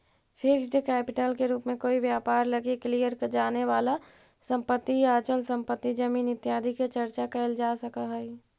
fixed capital के रूप में कोई व्यापार लगी कलियर जाने वाला संपत्ति या अचल संपत्ति जमीन इत्यादि के चर्चा कैल जा सकऽ हई